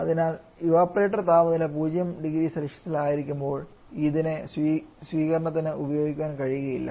അതിനാൽ ഇവപൊറേറ്റർ താപനില 00C ആയിരിക്കുമ്പോൾ ഇതിനെ ശീതീകരണത്തിന് ഉപയോഗിക്കാൻ കഴിയില്ല